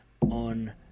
on